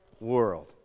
world